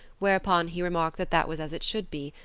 whereupon he remarked that that was as it should be,